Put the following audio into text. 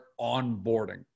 onboarding